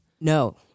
No